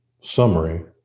summary